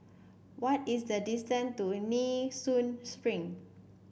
what is the distance to Nee Soon Spring